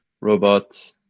Robot